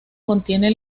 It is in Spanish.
contiene